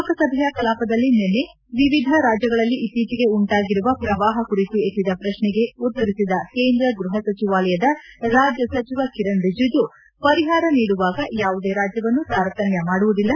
ಲೋಕಸಭೆಯ ಕಲಾಪದಲ್ಲಿ ನಿನ್ನೆ ವಿವಿಧ ರಾಜ್ಯಗಳಲ್ಲಿ ಇತ್ತೀಚೆಗೆ ಉಂಟಾಗಿರುವ ಪ್ರವಾಹ ಕುರಿತು ಎತ್ತಿದ ಪ್ರಶ್ನೆಗೆ ಉತ್ತರಿಸಿದ ಕೇಂದ್ರ ಗೃಹ ಸಚಿವಾಲಯದ ರಾಜ್ಯ ಸಚಿವ ಕಿರಣ್ ರಿಜಿಜು ಪರಿಹಾರ ನೀಡುವಾಗ ಯಾವುದೇ ರಾಜ್ಯವನ್ನು ತಾರತಮ್ಯ ಮಾಡುವುದಿಲ್ಲ